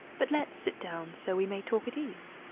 but let's sit down, so we may talk at ease.